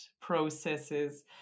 processes